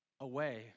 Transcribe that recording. away